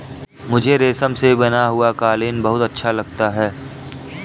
मुझे रेशम से बना हुआ कालीन बहुत अच्छा लगता है